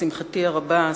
לשמחתי הרבה,